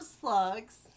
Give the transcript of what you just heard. slugs